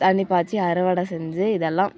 தண்ணீர் பாய்ச்சி அறுவடை செஞ்சு இதெல்லாம்